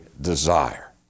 desire